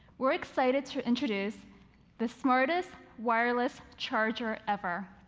we're excited to introduce the smartest wireless charger ever,